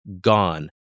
gone